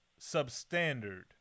substandard